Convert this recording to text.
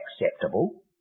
acceptable